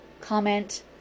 comment